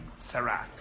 Sarat